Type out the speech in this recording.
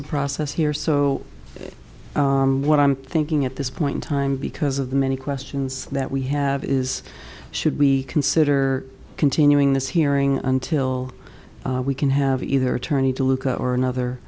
of process here so what i'm thinking at this point in time because of the many questions that we have is should we consider continuing this hearing until we can have either attorney to look at or another